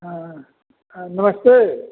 हाँ नमस्ते